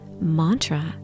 mantra